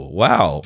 wow